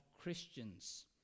christians